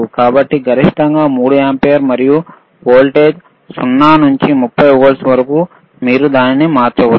కాబట్టి గరిష్టంగా 3 ఆంపియర్ మరియు వోల్టేజ్ 0 నుండి 30 వోల్ట్ల వరకు మీరు దానిని మార్చవచ్చు